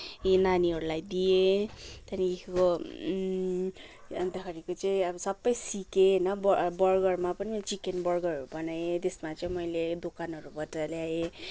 नानीहरूलाई दिएँ त्यहाँदेखिको अन्तखेरिको चाहिँ अब सबै सिकेँ ब बर्गरमा पनि चिकन बर्गरहरू बनाएँ त्यसमा चाहिँ मैले दोकानहरूबाट ल्याएँ